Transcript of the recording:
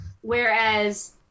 Whereas